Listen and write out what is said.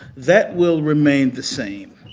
that will remain the same.